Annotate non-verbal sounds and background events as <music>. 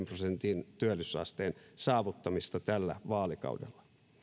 <unintelligible> prosentin työllisyysasteen saavuttamista tällä vaalikaudella